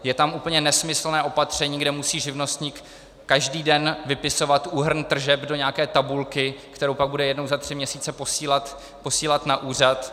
Je tam úplně nesmyslné opatření, kde musí živnostník každý den vypisovat úhrn tržeb do nějaké tabulky, kterou pak bude jednou za tři měsíce posílat na úřad.